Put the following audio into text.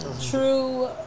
True